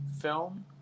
film